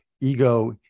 ego